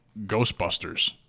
Ghostbusters